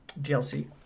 DLC